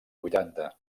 vuitanta